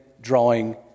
drawing